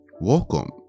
Welcome